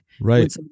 Right